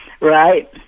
Right